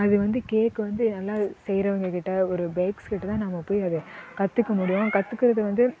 அது வந்து கேக் வந்து நல்லா செய்கிறவங்க கிட்ட ஒரு பேக்ஸ் கிட்ட தான் நாம போய் அதை கற்றுக்க முடியும் கற்றுக்குறது வந்து